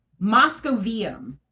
Moscovium